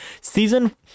season